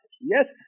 Yes